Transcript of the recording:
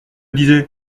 disais